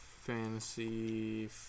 Fantasy